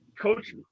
Coach